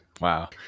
Wow